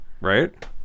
right